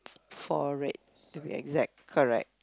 four red to be exact correct